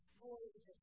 boys